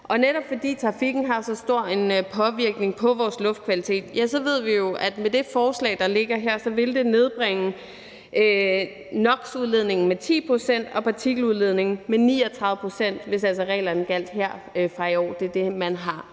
Netop fordi trafikken har så stor en påvirkning på vores luftkvalitet, ved vi jo, at med det forslag, der ligger her, vil det nedbringe NOx-udledningen med 10 pct. og partikeludledningen med 39 pct., hvis altså reglerne gjaldt her fra i år. Det er det, man har